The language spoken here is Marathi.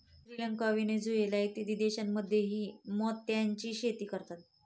श्रीलंका, व्हेनेझुएला इत्यादी देशांमध्येही मोत्याची शेती करतात